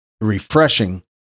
refreshing